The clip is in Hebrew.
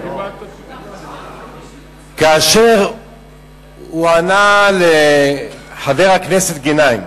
כאשר הוא ענה לחבר הכנסת גנאים,